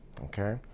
okay